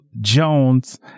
Jones